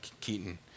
Keaton